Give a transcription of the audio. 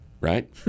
right